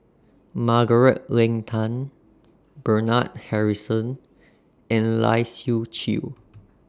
Margaret Leng Tan Bernard Harrison and Lai Siu Chiu